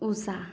Usha